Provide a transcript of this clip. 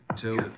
two